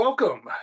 Welcome